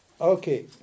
Okay